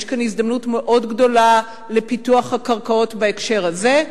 יש כאן הזדמנות מאוד גדולה לפיתוח הקרקעות בהקשר הזה.